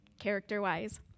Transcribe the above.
character-wise